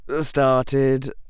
started